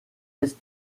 est